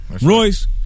Royce